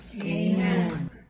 Amen